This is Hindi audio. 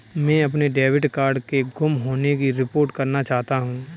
मैं अपने डेबिट कार्ड के गुम होने की रिपोर्ट करना चाहता हूँ